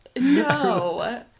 No